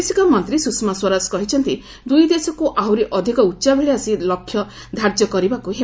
ବୈଦେଶିକ ମନ୍ତ୍ରୀ ସୁଷମା ସ୍ୱରାଜ କହିଛନ୍ତି ଦୁଇ ଦେଶକୁ ଆହୁରି ଅଧିକ ଉଚ୍ଚାଭିଳାସୀ ଲକ୍ଷ୍ୟ ଧାର୍ଯ୍ୟ କରିବାକୁ ହେବ